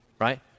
right